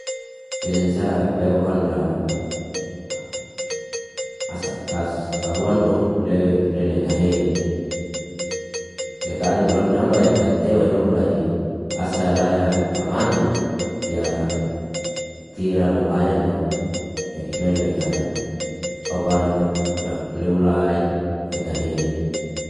Esansa we ku kan ra ahuano le yak freniaka he. Yaka anu lak na amba yaka tewa inok lai asa laya amano ya kira lalayano yak neni aka aubaran nok udak leulay yaka he.